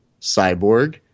Cyborg